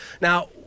Now